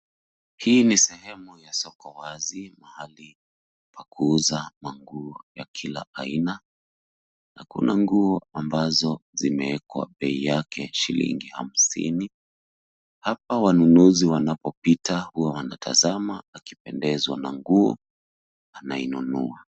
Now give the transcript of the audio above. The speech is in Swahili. Hii ni sehemu ya soko wazi, mahali pa kuuza manguo ya kila aina, na kuna nguo ambazo zimewekwa bei yake shilingi hamsini. Hapa wanunuzi wanapopita huwa wanatazama na kupendezwa na nguo anainunua.